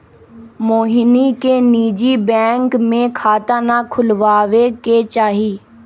मोहिनी के निजी बैंक में खाता ना खुलवावे के चाहि